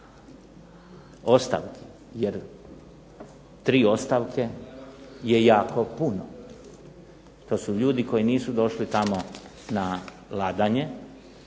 ostavki jer 3 ostavke je jako puno. To su ljudi koji nisu došli tamo na ladanje,